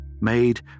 made